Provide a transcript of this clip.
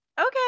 Okay